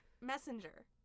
messenger